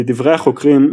לדברי החוקרים,